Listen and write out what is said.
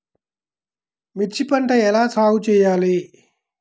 మిర్చి పంట ఎలా సాగు చేయాలి?